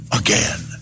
again